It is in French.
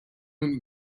nous